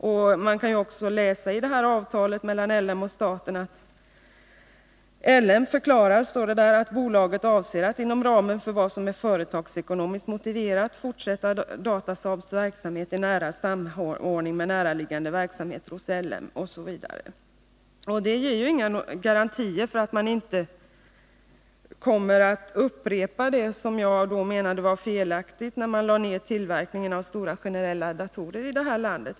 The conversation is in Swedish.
Vi kan också läsa följande i avtalet mellan LME och staten: ”LME förklarar att bolaget avser att inom ramen för vad som är företagsekonomiskt motiverat fortsätta Datasaabs verksamhet i nära samordning med närliggande verksamheter hos LME —-=-.” Detta ger inga garantier för att man inte på andra områden kommer att upprepa det som enligt min mening var felaktigt, när man lade ner tillverkningen av stora generella datorer i det här landet.